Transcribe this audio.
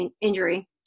injury